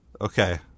Okay